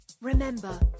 Remember